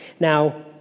Now